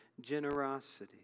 generosity